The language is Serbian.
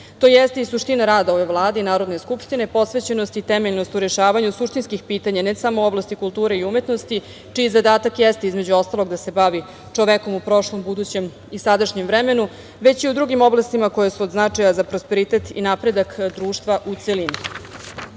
jeste i suština rada ove Vlade i Narodne skupštine, posvećenost i temeljnost u rešavanju suštinskih pitanja, ne samo oblasti kulture i umetnosti čiji zadatak jeste, između ostalog, da se bavi čovekom u prošlom, budućem i sadašnjem vremenu, već i u drugim oblastima koje su od značaja za prosperitet i napredak društva u celini. Kultura